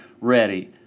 ready